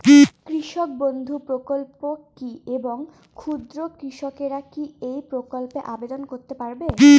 কৃষক বন্ধু প্রকল্প কী এবং ক্ষুদ্র কৃষকেরা কী এই প্রকল্পে আবেদন করতে পারবে?